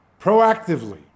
proactively